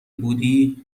بودی